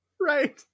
right